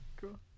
Cool